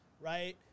right